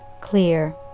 clear